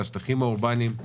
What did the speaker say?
את השטחים האורבניים,